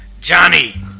Johnny